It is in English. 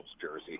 jersey